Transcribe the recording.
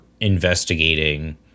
investigating